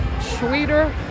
sweeter